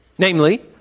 Namely